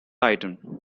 item